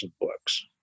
books